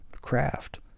craft